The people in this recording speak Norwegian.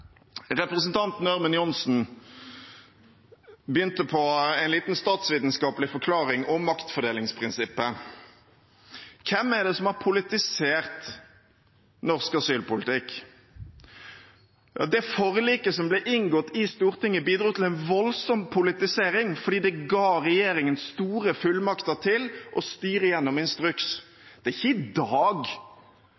Representanten Ørmen Johnsen begynte på en liten statsvitenskapelig forklaring om maktfordelingsprinsippet. Hvem er det som har politisert norsk asylpolitikk? Det forliket som ble inngått i Stortinget, bidro til en voldsom politisering, fordi det ga regjeringen store fullmakter til å styre gjennom instruks.